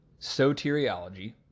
Soteriology